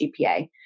GPA